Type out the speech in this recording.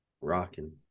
Rocking